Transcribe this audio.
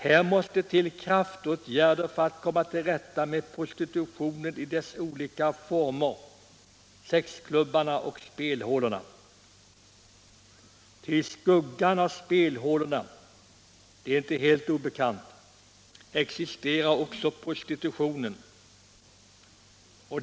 Här behövs kraftåtgärder för att komma till rätta med prostitutionen i dess olika former, sexklubbarna och spelhålorna. Ty i skuggan av spelhålorna — det är inte helt obekant — existerar också prostitutionen.